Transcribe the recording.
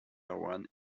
one